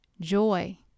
Joy